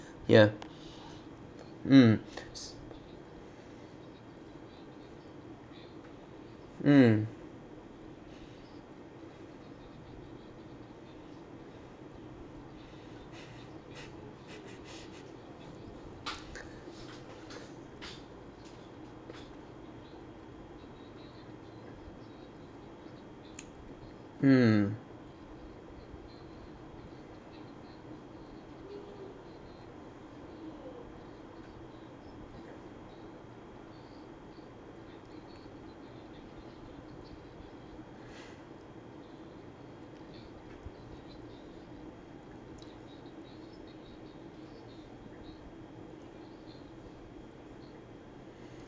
ya mm mm mm